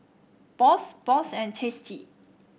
Bosch Bosch and Tasty